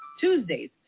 Tuesdays